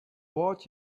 watch